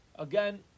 Again